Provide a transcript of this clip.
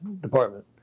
department